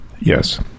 Yes